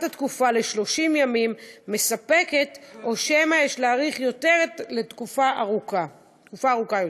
התקופה ל-30 ימים מספקת או שמא יש להאריך לתקופה ארוכה יותר.